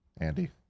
Andy